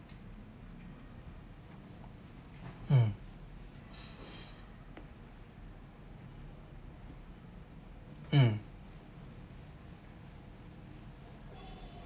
mm mm